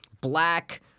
black